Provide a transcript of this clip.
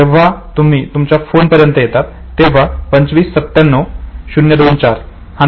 आणि जेव्हा तुम्ही तुमच्या फोन पर्यंत येतात तेव्हा 2597024 हा नंबर डायल करतात